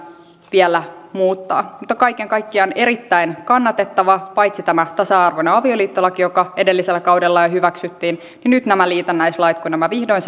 vielä muuttaa mutta kaiken kaikkiaan ovat erittäin kannatettavia paitsi tämä tasa arvoinen avioliittolaki joka edellisellä kaudella jo hyväksyttiin niin nyt nämä liitännäislait kun nämä vihdoin